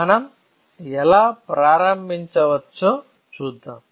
మనం ఎలా ప్రారంభించవచ్చో చూద్దాం